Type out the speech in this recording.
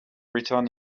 return